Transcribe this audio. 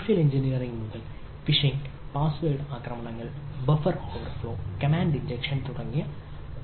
social engineering തുടങ്ങിയവ